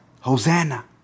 Hosanna